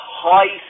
high